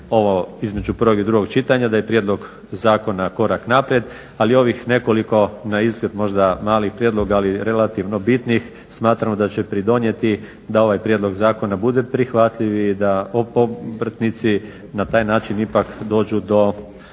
ovo, između prvog i drugog čitanja da je prijedlog zakona korak naprijed. Ali ovih nekoliko na izgled možda malih prijedloga ali relativno bitnih smatramo da će pridonijeti da ovaj prijedlog zakona bude prihvatljiv i da obrtnici na taj način ipak dođu do